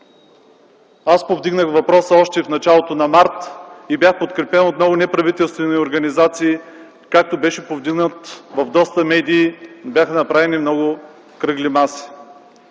повдигнах въпроса още в началото на м. март т.г. Бях подкрепен от много неправителствени организации, въпросът беше повдигнат в много медии, бяха направени много кръгли маси.